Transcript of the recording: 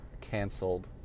canceled